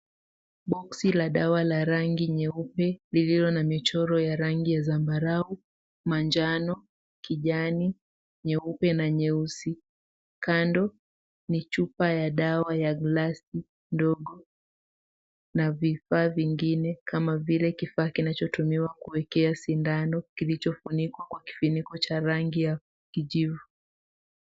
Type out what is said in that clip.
Boksi la dawa la rangi nyeupe lililo na michoro ya rangi ya zambarau, manjano, kijani, nyeupe na nyeusi. Kando ni chupa ya dawa ya glasi ndogo na vifaa vingine kama vile kifaa kinachotumiwa kuwekea sindano kilichofunikwa kwa kifuniko cha rangi ya kijivu.